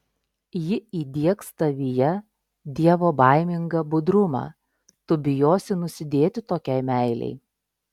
ji įdiegs tavyje dievobaimingą budrumą tu bijosi nusidėti tokiai meilei